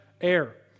air